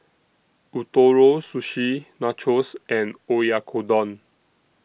Ootoro Sushi Nachos and Oyakodon